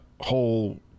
whole